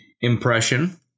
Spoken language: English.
impression